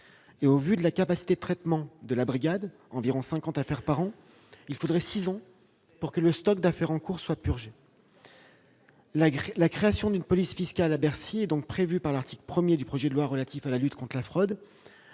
». Au vu des capacités de traitement de la Brigade, soit environ 50 affaires par an, il faudrait six ans pour que le stock d'affaires en cours soit purgé. La création d'une police fiscale à Bercy est donc prévue à l'article 1 du projet de loi relatif à la lutte contre la fraude.